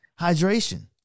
hydration